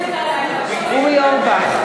נגד לא מדובר באמצע הלילה.